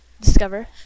Discover